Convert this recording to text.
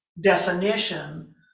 definition